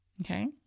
Okay